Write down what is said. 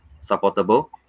supportable